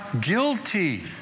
guilty